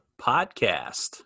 podcast